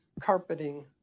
carpeting